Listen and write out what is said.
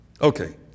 Okay